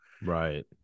Right